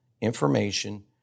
information